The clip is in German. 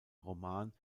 roman